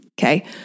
Okay